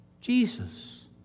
Jesus